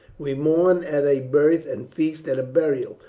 we mourn at a birth and feast at a burial,